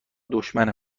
دشمن